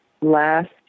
last